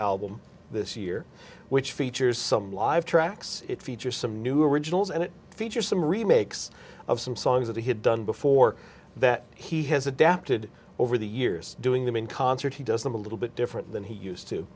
album this year which features some live tracks it features some new originals and it features some remakes of some songs that he had done before that he has adapted over the years doing them in concert he does them a little bit different than he used to